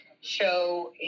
show